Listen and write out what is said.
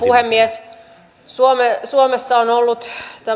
puhemies suomessa on ollut